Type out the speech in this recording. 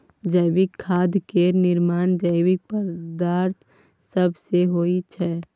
जैविक खाद केर निर्माण जैविक पदार्थ सब सँ होइ छै